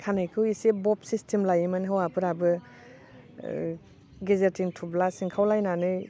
खानायखौ एसे बब सिसथेम लायोमोन हौवाफोराबो गेजेरथिं थुब्ला सिंखावलायनानै